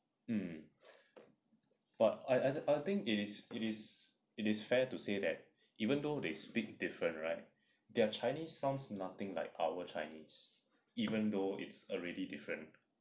um but I I I think it is it is it is fair to say that even though they speak different right their chinese songs nothing like our chinese even though it's already different